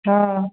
ହଁ